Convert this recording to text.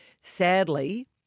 sadly